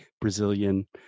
Brazilian